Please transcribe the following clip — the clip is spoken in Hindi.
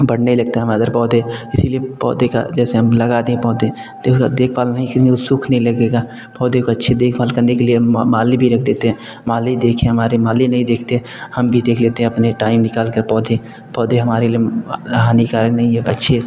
बढ़ने लगता है हमारे पौधे इसी लिए पौधे का जैसे हम लगा दिए पौधे देख भाल नहीं किए तो सुखने लगेगा पौधे को अच्छी देख भाल करने के लिए माली भी रख देते हैं माली देखे हमारे माली नहीं देखते हम भी देख लेते हैं अपना टाइम निकाल कर पौधे पौधे हमारे लिए हानिकारक नहीं है अच्छे